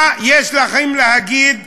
מה יש לכם להגיד?